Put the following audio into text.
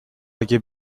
اگه